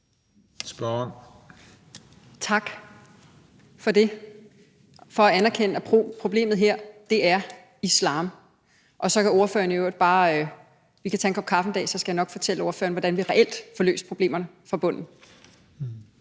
Thiesen (NB): Tak for at anerkende, at problemet her er islam. Ordføreren og jeg kan så i øvrigt bare tage en kop kaffe en dag, og så skal jeg nok fortælle ordføreren, hvordan vi reelt får løst problemerne fra bunden.